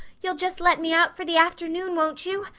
you'll just let me out for the afternoon, won't you?